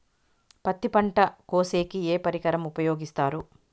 పత్తి పంట కోసేకి ఏ పరికరం ఉపయోగిస్తారు?